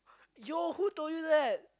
yo who told you that